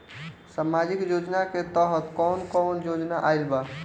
सामाजिक योजना के तहत कवन कवन योजना आइल बा?